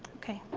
ok.